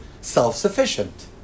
self-sufficient